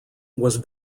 was